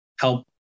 help